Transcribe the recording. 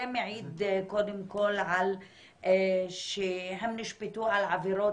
זה מעיד קודם כל על שהם נשפטו על עבירות